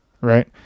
right